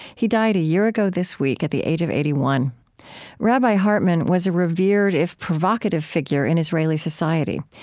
he died a year ago this week at the age of eighty one point rabbi hartman was a revered if provocative figure in israeli society.